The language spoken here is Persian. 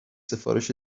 سفارش